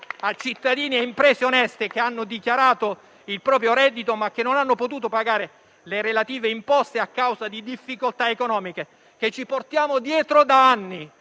a cittadini e imprese onesti, che hanno dichiarato il proprio reddito ma che non hanno pagare le relative imposte a causa di difficoltà economiche che ci portiamo dietro da anni